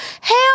Hell